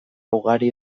ugari